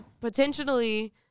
potentially